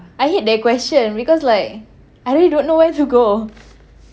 I hate that question because like I really don't know where to go